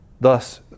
Thus